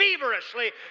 feverishly